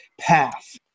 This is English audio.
path